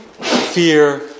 fear